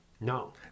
No